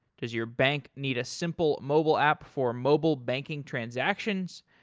does your bank need a simple mobile app for mobile banking transactions?